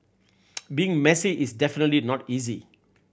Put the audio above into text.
being messy is definitely not easy